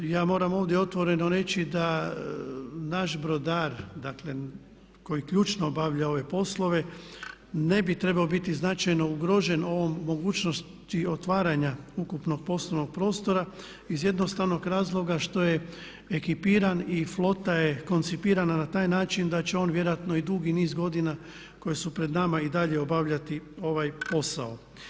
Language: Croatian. Ja moram ovdje otvoreno reći da naš brodar, dakle koji ključno obavljao ove poslove ne bi trebao biti značajno ugrožen ovom mogućnosti otvaranja ukupnog poslovnog prostora iz jednostavnog razloga što je ekipiran i flota je koncipirana na taj način da će on vjerojatno i dugi niz godina koji su pred nama i dalje obavljati ovaj posao.